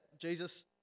Jesus